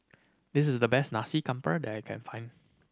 this is the best Nasi Campur that I can find